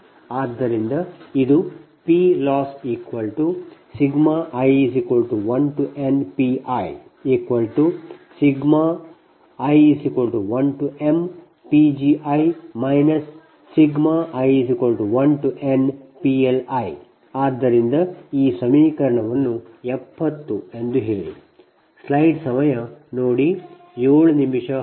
ಆದ್ದರಿಂದ ಇದು PLossi1nPii1mPgi i1nPLi ಆದ್ದರಿಂದ ಈ ಸಮೀಕರಣವನ್ನು 70 ಎಂದು ಹೇಳಿ